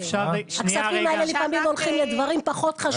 300. הכספים האלה לפעמים הולכים לדברים פחות חשובים.